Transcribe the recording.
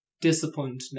disciplined